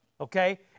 Okay